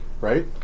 Right